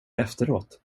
efteråt